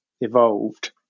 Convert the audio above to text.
evolved